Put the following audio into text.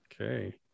Okay